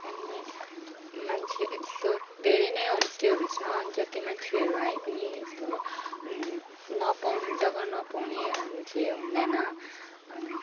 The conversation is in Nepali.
अनि मान्छे यस्तो धेरै नै होमस्टेहरू छ जति मान्छेहरू आए पनि यस्तो नपाउने जगा नपाउनेहरू चाहिँ हुँदैन अनि